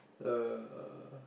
uh